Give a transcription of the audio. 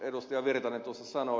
erkki virtanen tuossa sanoi